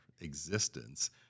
existence